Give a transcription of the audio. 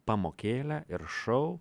pamokėlė ir šou